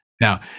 now